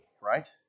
right